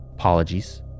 Apologies